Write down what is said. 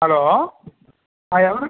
hello ఎవరు